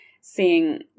seeing